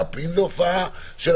אם זו הופעה של סטנדאפ,